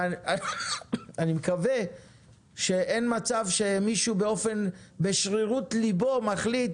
ואני מקווה שאין מצב שמישהו בשרירות ליבו מחליט